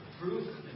proof